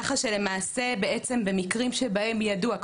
כך שבמקרים שבהם ידוע,